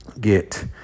get